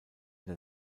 der